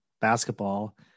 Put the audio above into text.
basketball